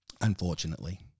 unfortunately